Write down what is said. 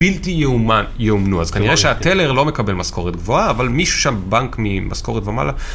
בלתי יאומן, יאומנו, אז כנראה שהטלר לא מקבל משכורת גבוהה, אבל מישהו שם בנק ממשכורת ומעלה,